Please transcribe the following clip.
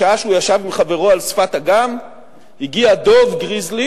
בשעה שהוא ישב עם חברו על שפת אגם הגיע דוב גריזלי